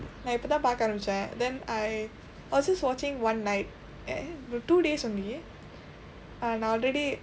நான் இப்ப தான் பார்க்க ஆரம்பிச்சேன் :naan ippa thaan paarkka aarampichseen then I was just watching one night at no two days only another day